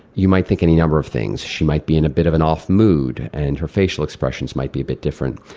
you might think any number of things she might be in a bit of an off mood, and her facial expressions might be a bit different.